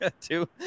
two